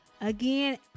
Again